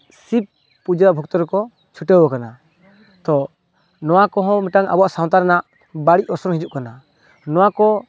ᱥᱤᱵ ᱯᱩᱡᱟᱹ ᱵᱷᱚᱠᱛᱚ ᱨᱮᱠᱚ ᱪᱷᱩᱴᱟᱹᱣ ᱟᱠᱟᱱᱟ ᱛᱚ ᱱᱚᱣᱟ ᱠᱚᱦᱚᱸ ᱢᱤᱫᱴᱟᱝ ᱟᱵᱚᱣᱟᱜ ᱥᱟᱶᱛᱟ ᱨᱮᱱᱟᱜ ᱵᱟᱹᱲᱤᱡ ᱚᱨᱥᱚᱝ ᱦᱤᱡᱩᱜ ᱠᱟᱱᱟ ᱱᱚᱣᱟ ᱠᱚ